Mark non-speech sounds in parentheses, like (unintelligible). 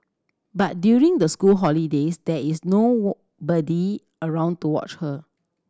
but during the school holidays there is no (unintelligible) body around to watch her